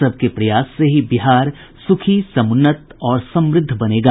सब के प्रयास से ही बिहार सुखी समुन्नत और समृद्ध बनेगा